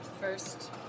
first